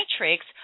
matrix